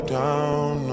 down